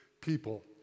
people